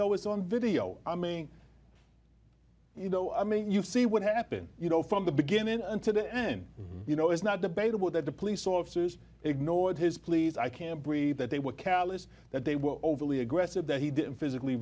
though it's on video i'm going you know i mean you see what happened you know from the beginning and to the end you know it's not debatable that the police officers ignored his pleas i can't breathe that they were callous that they were overly aggressive that he didn't physically